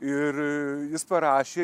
ir jis parašė